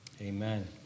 amen